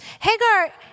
Hagar